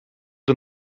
dan